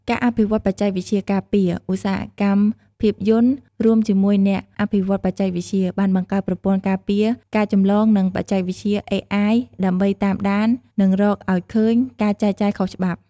ការអភិវឌ្ឍបច្ចេកវិទ្យាការពារ ឧស្សាហកម្មភាពយន្ត រួមជាមួយអ្នកអភិវឌ្ឍន៍បច្ចេកវិទ្យា បានបង្កើតប្រព័ន្ធការពារការចម្លងនិងបច្ចេកវិទ្យា អេអាយ ដើម្បីតាមដាន និងរកឱ្យឃើញការចែកចាយខុសច្បាប់។